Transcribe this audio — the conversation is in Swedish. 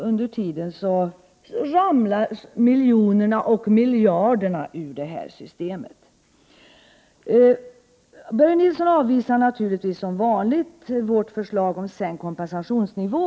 Under tiden ramlar miljonerna och miljarderna ur systemet. Börje Nilsson avvisar naturligtvis som vanligt vårt förslag om sänkt kompensationsnivå.